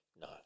No